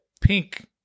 pink